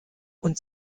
und